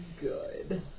Good